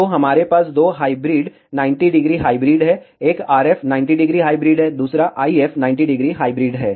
तो हमारे पास दो हाइब्रिड 90° हाइब्रिड हैं एक RF 90° हाइब्रिड है दूसरा IF 90° हाइब्रिड है